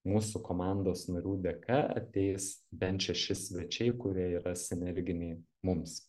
mūsų komandos narių dėka ateis bent šeši svečiai kurie yra sinerginiai mums